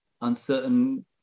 uncertain